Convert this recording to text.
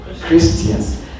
Christians